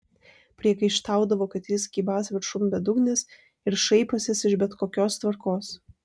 priekaištaudavo kad jis kybąs viršum bedugnės ir šaipąsis iš bet kokios tvarkos